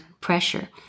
pressure